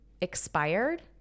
expired